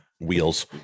wheels